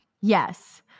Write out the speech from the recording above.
Yes